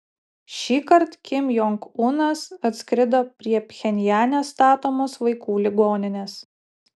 šįkart kim jong unas atskrido prie pchenjane statomos vaikų ligoninės